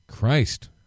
Christ